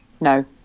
No